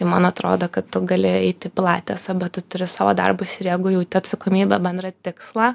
man atrodo kad tu gali eit į pilatesą bet tu turi savo darbus ir jeigu jauti atsakomybę bendrą tikslą